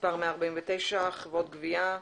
מספר 149 (חברות גבייה),